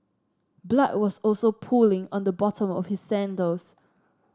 blood was also pooling on the bottom of his sandals